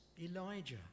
Elijah